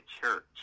church